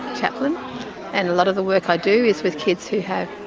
chaplain and a lot of the work i do is with kids who have